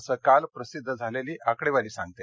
असं काल प्रसिद्ध झालेली आकडेवारी सांगते